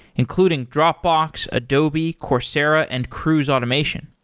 including dropbox, adobe, coursera and cruise automation.